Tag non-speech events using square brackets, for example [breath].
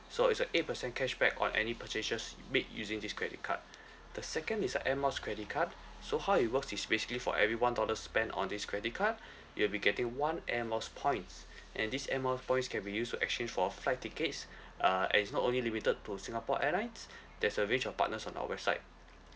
so is a eight percent cashback on any purchases you make using this credit card [breath] the second is a air miles credit card so how it works is basically for every one dollar spend on this credit card [breath] you'll be getting one air miles points [breath] and this air miles points can be used to exchange for flight tickets [breath] uh and is not only limited to singapore airlines there's a range of partners on our website